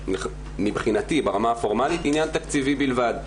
מבחינתי ברמה הפורמלית היא עניין תקציבי בלבד.